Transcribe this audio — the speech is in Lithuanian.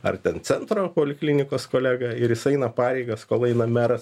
ar ten centro poliklinikos kolegą ir jis eina pareigas kol eina meras